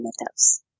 mythos